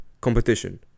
competition